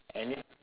I need